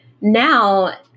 Now